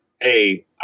hey